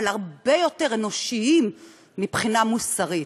אבל הרבה יותר אנושיים מבחינה מוסרית.